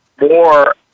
more